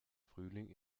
frühling